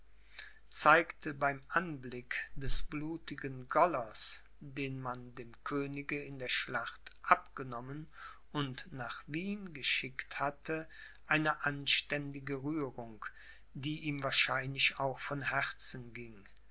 zeigte beim anblick des blutigen gollers den man dem könige in der schlacht abgenommen und nach wien geschickt hatte eine anständige rührung die ihm wahrscheinlich auch von herzen ging